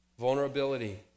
Vulnerability